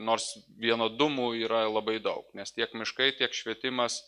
nors vienodumų yra labai daug nes tiek miškai tiek švietimas